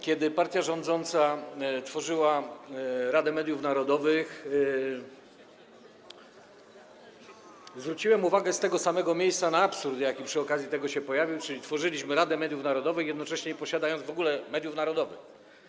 Kiedy partia rządząca tworzyła Radę Mediów Narodowych, zwróciłem uwagę z tego samego miejsca na absurd, jaki przy okazji tego się pojawił, czyli na to, że tworzyliśmy Radę Mediów Narodowych, jednocześnie nie posiadając w ogóle mediów narodowych.